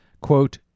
quote